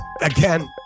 Again